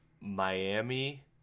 Miami